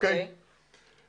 אני אומר משהו על שולה קליין.